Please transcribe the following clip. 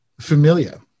familiar